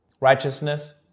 Righteousness